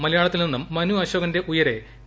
മലയാളത്തിൽ നിന്നും മനു അശോകന്റെ ഉയരെ ടി